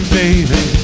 baby